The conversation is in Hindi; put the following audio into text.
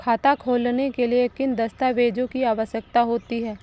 खाता खोलने के लिए किन दस्तावेजों की आवश्यकता होती है?